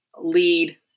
lead